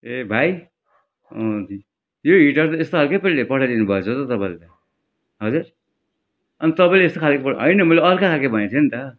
ए भाइ अँ जी ए हिजोआज यस्तो खालको पो ले पठाइदिनुभएछ त तपाईँले त हजुर अनि तपाईँले यस्तो खालको होइन मैले अर्को खालको भनेको थिएँ नि त